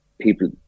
people